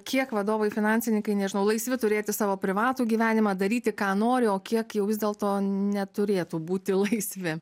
kiek vadovai finansininkai nežinau laisvi turėti savo privatų gyvenimą daryti ką nori o kiek jau vis dėlto neturėtų būti laisvi